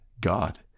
god